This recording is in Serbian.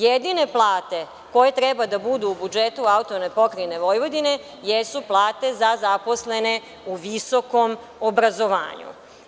Jedine plate koje treba da budu u budžetu AP Vojvodine jesu plate za zaposlene u visokom obrazovanju.